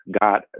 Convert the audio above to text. God